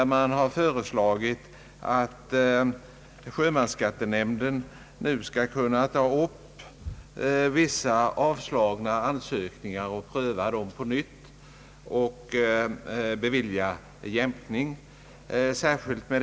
Förslaget motiveras med att de skattskyldiga känner dåligt till jämkningsbestämmelserna och därför ofta reagerar sent.